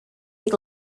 they